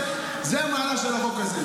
זה המהלך של החוק הזה.